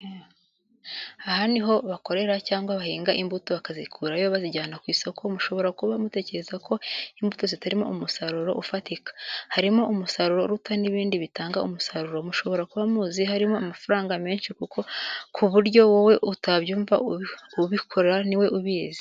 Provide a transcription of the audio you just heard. Aha ni aho bakorera cyangwa bahinga imbuto bakazikurayo bazijyana ku isoko, mushobora kuba mutekereza ko imbuto zitarimo umusaruro ufatika? Harimo umusaruro uruta n'ibindi bitanga umusaruro mushobora kuba muzi, harimo amafaranga menshi ku buryo wowe utabyumva ubikora ni we ubizi.